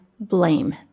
Blame